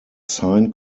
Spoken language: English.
sign